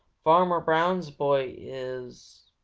farmer brown's boy is.